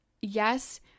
yes